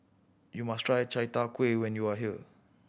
you must try Chai Tow Kuay when you are here